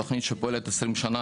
זו תוכנית שפועלת עשרים שנה,